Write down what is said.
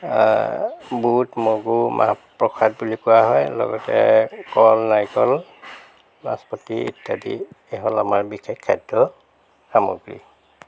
বুট মগু মাহ প্ৰসাদ বুলি কোৱা হয় লগতে কল নাৰিকল নাচপতি ইত্যাদি এইয়া হ'ল আমাৰ বিশেষ খাদ্য সামগ্ৰী